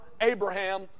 Abraham